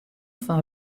fan